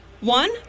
one